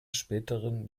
späteren